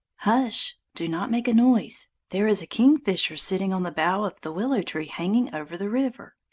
ush! do not make a noise! there is a kingfisher sitting on the bough of the willow tree hanging over the river.